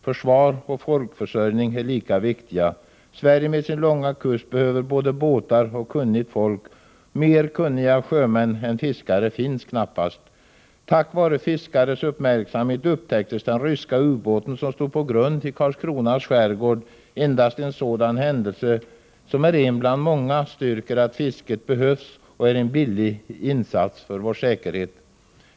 Försvar och folkförsörjning är lika viktiga. Sverige med sin långa kust behöver både båtar och kunnigt sjöfolk. Mer kunniga sjömän än fiskare finns knappast. Tack vare fiskares uppmärksamhet upptäcktes den ryska ubåten, som stod på grund i Karlskrona skärgård. Enbart en sådan händelse, som är en bland många, styrker att fisket behövs och är en billig insats för vår säkerhet.